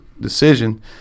decision